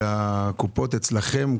מהקופות אצלכם,